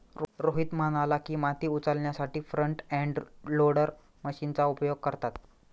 रोहित म्हणाला की, माती उचलण्यासाठी फ्रंट एंड लोडर मशीनचा उपयोग करतात